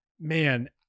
man